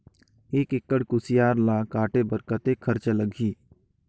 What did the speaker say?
एक एकड़ कुसियार ल काटे बर कतेक खरचा लगही?